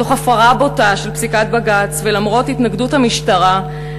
תוך הפרה בוטה של פסיקת בג"ץ ולמרות התנגדות המשטרה,